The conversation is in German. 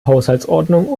haushaltsordnung